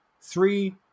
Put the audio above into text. Three